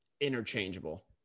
interchangeable